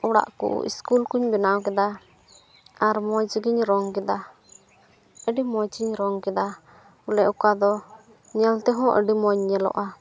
ᱚᱲᱟᱜ ᱠᱚ ᱤᱥᱠᱩᱞ ᱠᱚᱧ ᱵᱮᱱᱟᱣ ᱠᱮᱫᱟ ᱟᱨ ᱢᱚᱡᱽᱜᱮᱧ ᱨᱚᱝ ᱠᱮᱫᱟ ᱟᱹᱰᱤ ᱢᱚᱡᱽ ᱤᱧ ᱨᱚᱝ ᱠᱮᱫᱟ ᱵᱚᱞᱮ ᱚᱠᱟ ᱫᱚ ᱧᱮᱞ ᱛᱮᱦᱚᱸ ᱟᱹᱰᱤ ᱢᱚᱡᱽ ᱧᱮᱞᱚᱜᱼᱟ